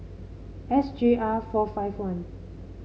S J R four five one